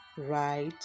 right